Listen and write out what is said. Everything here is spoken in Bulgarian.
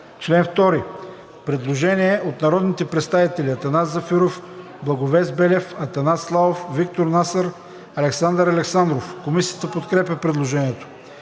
Предложение от народните представители Атанас Зафиров, Благовест Белев, Атанас Славов, Виктор Насър, Александър Александров. Комисията подкрепя предложението.